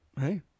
Hey